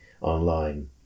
online